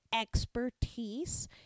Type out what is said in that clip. expertise